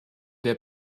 der